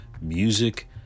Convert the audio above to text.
music